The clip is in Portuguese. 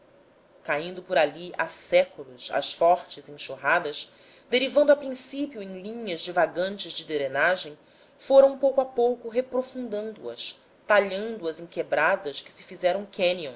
caindo por ali há séculos as fortes enxurradas derivando a princípio em linhas divagantes de drenagem foram pouco a pouco reprofundando as talhando as em quebradas que se fizeram